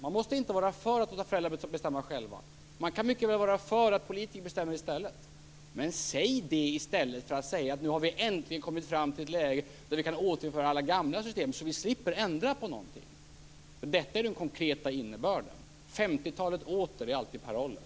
Man måste inte vara för att låta föräldrarna bestämma själva. Man kan mycket väl vara för att politikerna bestämmer, men säg det i stället för att säga att vi äntligen kommit fram till ett läge där vi kan återinföra alla gamla system så att vi slipper ändra på någonting. Detta är den konkreta innebörden. 50-talet åter är alltid parollen!